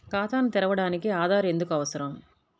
ఖాతాను తెరవడానికి ఆధార్ ఎందుకు అవసరం?